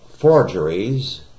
Forgeries